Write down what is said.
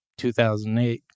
2008